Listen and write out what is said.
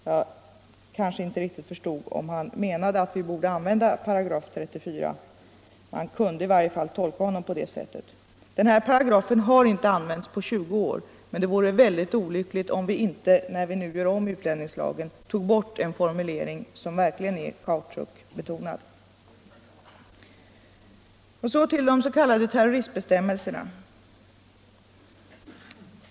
Jag förstod kanske inte riktigt om han menade att vi borde använda 34 §. Man kunde i varje fall tolka honom på det sättet. Den här paragrafen har inte använts på 20 år och det vore mycket olyckligt om vi inte, när vi nu gör om utlänningslagen, tog bort en formulering som verkligen är kautschukbetonad. Så till de s.k. terroristbestämmelserna.